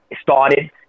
started